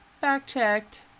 Fact-checked